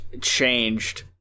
changed